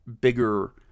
bigger